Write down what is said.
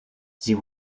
sie